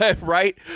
Right